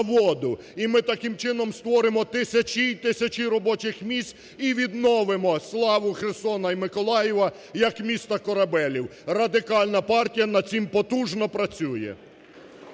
І ми таким чином створимо тисячі і тисячі робочих місць і відновимо славу Херсону і Миколаєва як міст корабелів. Радикальна партія над цим потужно працює.